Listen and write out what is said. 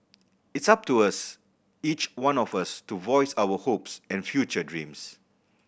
it's up to us each one of us to voice our hopes and future dreams